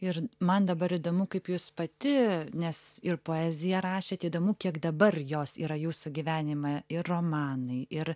ir man dabar įdomu kaip jūs pati nes ir poeziją rašėte įdomu kiek dabar jos yra jūsų gyvenime ir romanai ir